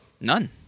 none